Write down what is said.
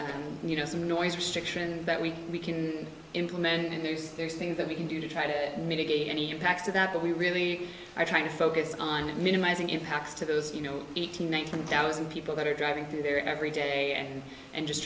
you know some noise restriction that we can implement and there's there's things that we can do to try to mitigate any impacts of that but we really are trying to focus on minimizing impacts to those you know eight hundred thousand people that are driving through there every day and and just